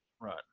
Right